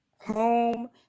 home